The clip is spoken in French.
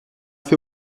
fait